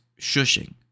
shushing